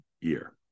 year